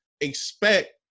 expect